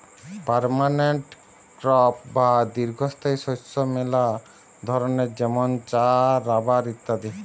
permanent crop বা দীর্ঘস্থায়ী শস্য মেলা ধরণের যেমন চা, রাবার ইত্যাদি